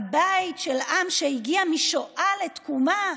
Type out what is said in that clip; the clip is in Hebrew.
הבית של עם שהגיע משואה לתקומה.